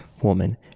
woman